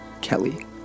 Kelly